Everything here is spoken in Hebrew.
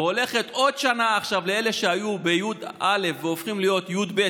והולכת עוד שנה עכשיו לאלה שהיו בי"א והופכים להיות י"ב,